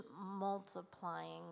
multiplying